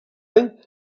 any